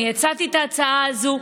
אני הצעתי את ההצעה הזו.